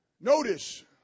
Notice